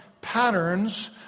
patterns